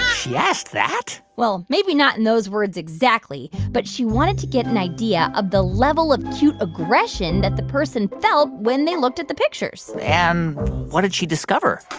she asked that? well, maybe not in those words exactly, but she wanted to get an idea of the level of cute aggression that the person felt when they looked at the pictures and what did she discover?